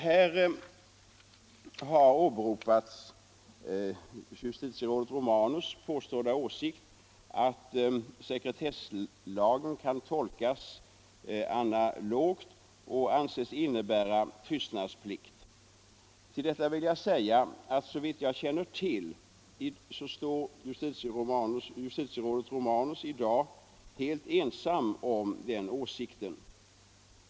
Här har åberopats justitierådet Romanus påstådda åsikt om att sekretesslagen kan tolkas analogt och anses innebära tystnadsplikt. Om detta vill jag säga att såvitt jag känner till står justitierådet Romanus i dag helt ensam om den åsikten.